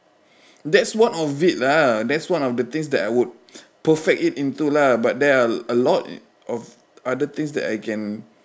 that's one of it lah that's one of things that I would perfect it into lah but there are a lot of other things that I can